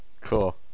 Cool